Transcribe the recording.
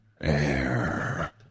Air